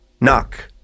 knock